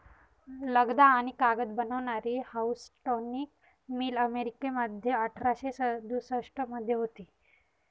लगदा आणि कागद बनवणारी हाऊसटॉनिक मिल अमेरिकेमध्ये अठराशे सदुसष्ट मध्ये होती